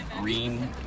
green